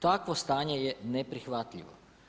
Takvo stanje je neprihvatljivo.